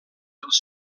dels